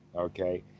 Okay